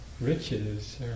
riches